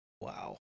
Wow